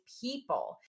people